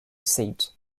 seat